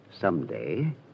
someday